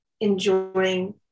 enjoying